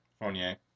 Fournier